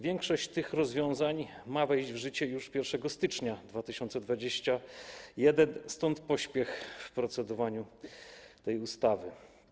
Większość tych rozwiązań ma wejść w życie już 1 stycznia 2021 r., stąd pośpiech w procedowaniu nad tą ustawą.